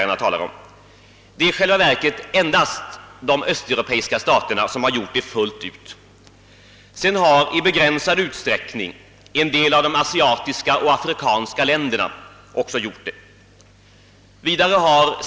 Det är endast de östeuropeiska staterna som gjort det fullt ut. I viss utsträckning har en del av de asiatiska och afrikanska länderna också gjort det.